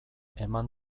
eman